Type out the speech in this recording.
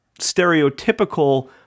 stereotypical